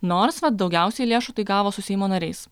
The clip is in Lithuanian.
nors vat daugiausiai lėšų tai gavo su seimo nariais